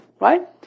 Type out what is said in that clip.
right